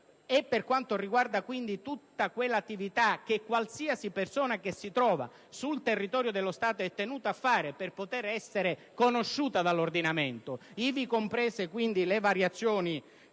dello stato civile - tutta quell'attività che qualsiasi persona che si trova sul territorio dello Stato è tenuta a fare per poter essere conosciuta dall'ordinamento, ivi comprese quindi le variazioni